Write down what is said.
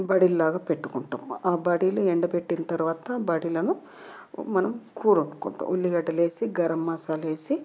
బడీలలాగా పెట్టుకుంటాం ఆ బడీలు ఎండ పెట్టిన తర్వాత బడీలను మనం కూర వండుకుంటాం ఉల్లిగడ్డలు వేసి గరం మసాలా వేసి